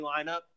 lineup